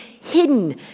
hidden